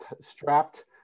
strapped